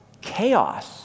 Chaos